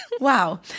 Wow